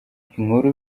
inkuru